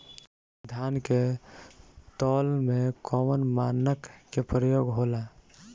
धान के तौल में कवन मानक के प्रयोग हो ला?